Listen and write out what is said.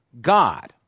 God